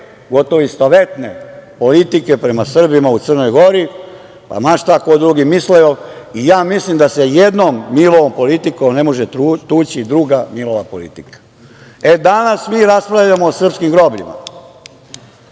gotovo istovetne politike prema Srbima u Crnoj Gori i ma šta drugi mislio. Mislim da sa jednom Milovom politikom ne može tući druga Milova politika. Danas mi raspravljamo o srpskim grobljima.